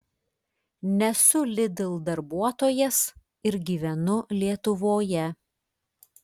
nesu lidl darbuotojas ir gyvenu lietuvoje